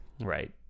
Right